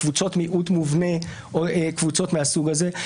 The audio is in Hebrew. קבוצות מיעוט מובנה או קבוצות מהסוג הזה.